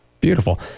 Beautiful